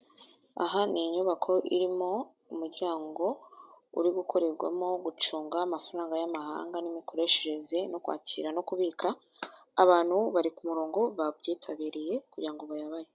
Aha ni inyubako irimo umuryango uri gukorerwamo gucunga amafaranga y'amahanga n'imikoreshereze no kwakira no kubika, abantu bari ku murongo babyitabiriye kugira ngo bayabahe.